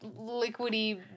liquidy